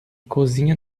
cozinha